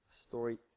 story